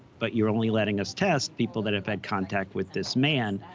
but you're only letting us test people that have had contact with this man.